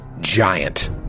giant